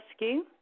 Rescue